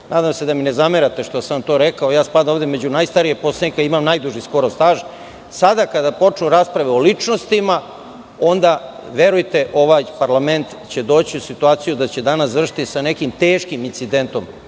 se da mi ne zamerate to što sam vam rekao, jer spadam među najstarije poslanike i imam skoro najduži staž. Sada, kada počnu rasprave o ličnostima onda verujte ovaj parlament će doći u situaciju da će danas završiti sa nekim teškim incidentom